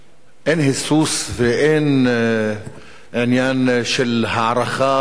אין היסוס, ואין עניין של הערכה וכו'